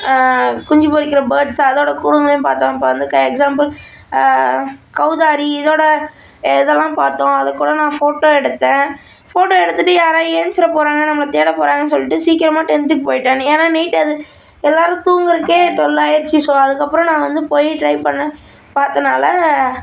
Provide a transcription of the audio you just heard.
குஞ்சி பொரிக்கின்ற பேர்ட்ஸ் அதோடய கூடுங்களையும் பார்த்தோம் இப்போ வந்து க எக்ஸாம்பிள் கவுதாரி இதோடய இதெல்லாம் பார்த்தோம் அது கூட நான் ஃபோட்டோ எடுத்தேன் ஃபோட்டோ எடுத்துகிட்டு யாராவது ஏன்ச்சிர போகிறாங்க நம்மளை தேடப் போகிறாங்க சொல்லிட்டு சீக்கிரமாக டெண்ட்டுக்கு போயிட்டேன் ஏன்னால் நைட் அது எல்லோரும் தூங்கிறதுக்கே டுவெல் ஆயிடிச்சு ஸோ அதுக்கப்புறம் நாங்கள் வந்து போய் ட்ரை பண்ணி பார்த்தனால